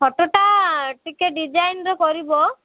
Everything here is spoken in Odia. ଖଟଟା ଟିକେ ଡିଜାଇନ୍ର କରିବ